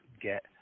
get